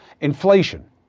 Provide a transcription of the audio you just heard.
Inflation